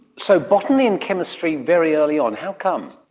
so botany and chemistry very early on. how come?